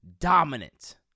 dominant